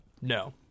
No